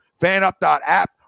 FanUp.app